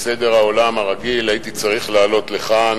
בסדר העולם הרגיל, הייתי צריך לעלות לכאן